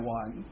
one